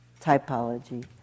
typology